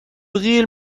real